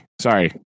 Sorry